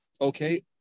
okay